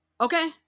Okay